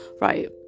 right